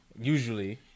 usually